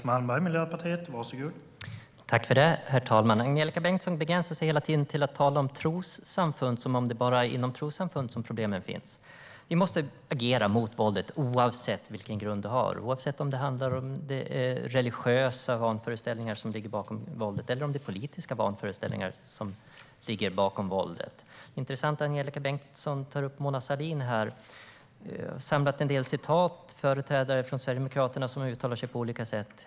Herr talman! Angelika Bengtsson begränsar sig hela tiden till att tala om trossamfund, som om det är bara inom trossamfund som problemen finns. Vi måste agera mot våldet oavsett vilken grund det har, oavsett om det är religiösa vanföreställningar som ligger bakom våldet eller om det är politiska vanföreställningar som ligger bakom våldet. Det är intressant att Angelika Bengtsson nämner Mona Sahlin. Jag har samlat en del citat från företrädare för Sverigedemokraterna som har uttalat sig på olika sätt.